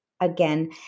Again